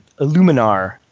Illuminar